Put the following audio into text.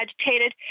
agitated